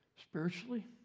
spiritually